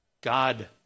God